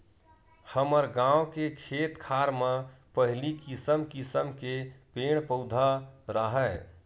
हमर गाँव के खेत खार म पहिली किसम किसम के पेड़ पउधा राहय